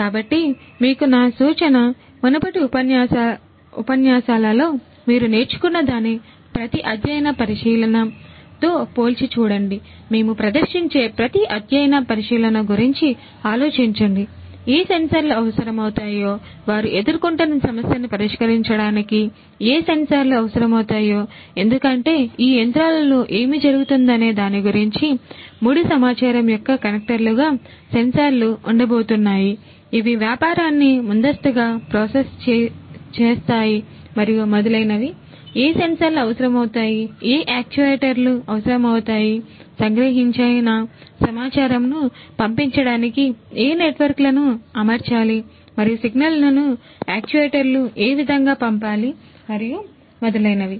కాబట్టి మీకు నా సూచన మునుపటి ఉపన్యాసాలలో మీరు నేర్చుకున్నదాని ప్రతి అధ్యయన పరిశీలన సమాచారమును పంపించడానికి ఏ నెట్వర్క్లను అమర్చాలి మరియు సిగ్నల్లను యాక్చుయేటర్లకు ఏ విధంగా పంపాలి మరియు మొదలైనవి